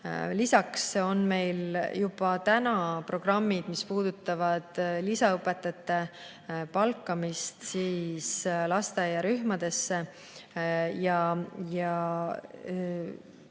Lisaks on meil juba täna programmid, mis puudutavad lisaõpetajate palkamist lasteaiarühmadesse ja